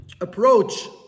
approach